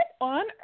on